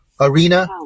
arena